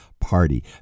party